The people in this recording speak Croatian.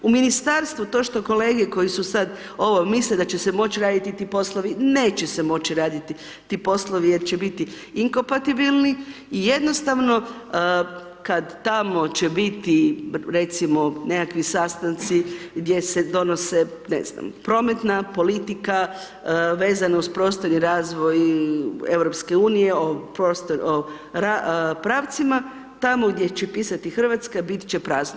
U ministarstvu to što kolege koji su sad ovo misle da će se moć raditi ti poslovi, neće se moći raditi ti poslovi jer će biti inkopatibilni i jednostavno kad tamo će biti nekakvi sastanci gdje se donose ne znam prometna politika vezano uz prostorni razvoj EU o pravcima, tamo gdje će pisati Hrvatska biti će prazno.